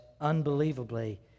unbelievably